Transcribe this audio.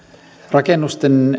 rakennusten